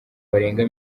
barenga